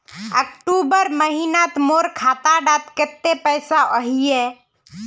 अक्टूबर महीनात मोर खाता डात कत्ते पैसा अहिये?